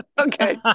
Okay